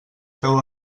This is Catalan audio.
feu